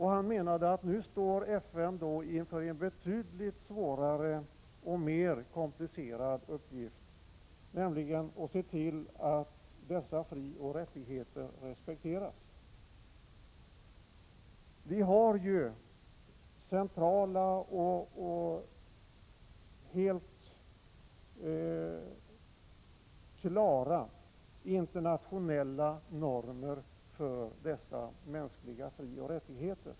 Han menar att FN nu står inför en betydligt svårare och mer komplicerad uppgift, nämligen att se till att dessa frioch rättigheter respekteras. Vi har centrala och helt klara internationella normer för dessa mänskliga frioch rättigheter.